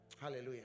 Hallelujah